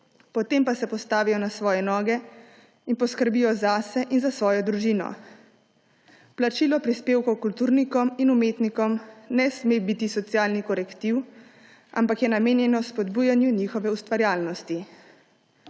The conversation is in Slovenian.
potem pa se postavijo na svoje noge in poskrbijo zase in za svojo družino. Plačilo prispevkov kulturnikom in umetnikom ne sme biti socialni korektiv, ampak je namenjeno spodbujanju njihove ustvarjalnosti.